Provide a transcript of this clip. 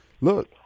look